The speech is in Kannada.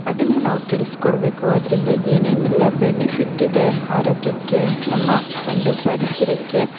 ಅದನ್ನು ನಾವು ತಿಳಿಸ್ಕೊಡಬೇಕು ಅದರಿಂದ ಏನೇನೆಲ್ಲ ಬೆನಿಫಿಟ್ಟಿದೆ ಆರೋಗ್ಯಕ್ಕೆ ನಮ್ಮ ಒಂದು ಪರಿಸರಕ್ಕೆ